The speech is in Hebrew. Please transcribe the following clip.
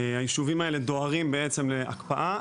הישובים האלה דוהרים בעצם להקפאה.